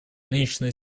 нынешняя